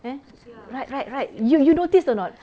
eh right right right you you noticed or not